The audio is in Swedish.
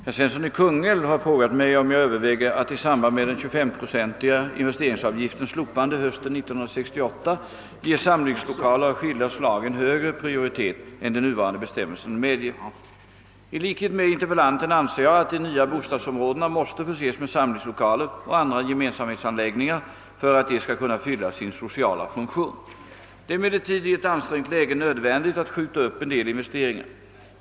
Herr talman! Herr Svensson i Kungälv har frågat mig om jag överväger att i samband med den 25-procentiga investeringsavgiftens slopande hösten 1968 ge samlingslokaler av skilda slag en högre prioritet än de nuvarande bestämmelserna medger. I likhet med interpellanten anser jag att de nya bostadsområdena måste förses med samlingslokaler och andra gemensamhetsanläggningar för att de ska kunna fylla sin sociala funktion. Det är emellertid i ett ansträngt läge nödvän digt att skjuta upp en del investeringar.